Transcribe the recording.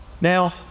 Now